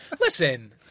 Listen